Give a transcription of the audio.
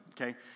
okay